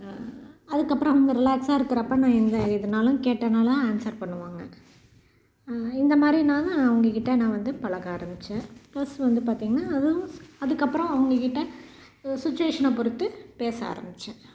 அதுக்கப்புறம் அவங்க ரிலக்ஸாக இருக்கிறப்ப நான் என்ன ஏதுனாலும் கேட்டானாலும் ஆன்சர் பண்ணுவாங்க இந்த மாதிரி தான் நான் அவங்ககிட்ட நான் வந்து பழக ஆரமித்தேன் ப்ளஸ் வந்து பார்த்திங்கன்னா அதுவும் அதுக்கப்புறம் அவங்ககிட்ட சுச்சுவேஷனை பொருத்து பேச ஆரமித்தேன்